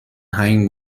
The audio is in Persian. هنگ